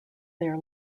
their